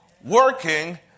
working